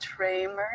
Tramer